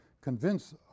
convince